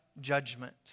judgment